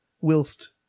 whilst